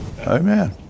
Amen